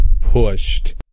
pushed